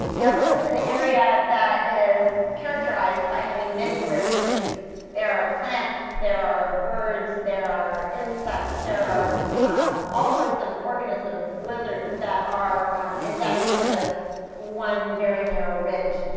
now, this is an area that is characterized by having many rare species. there are plants. there are birds. there are insects. there are all sorts of organisms lizards that are endemic to this one very narrow ridge.